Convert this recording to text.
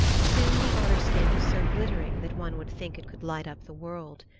soon the otter-skin was so glittering that one would think it could light up the world.